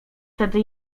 tedy